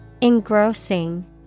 Engrossing